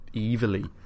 evilly